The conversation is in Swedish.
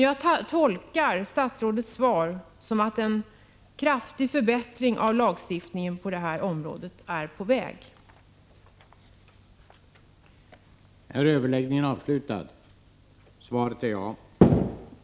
| Jag tolkar statsrådets svar som att en förbättring av lagstiftningen är på Prot. 1985/86:126 väg. 24 april 1986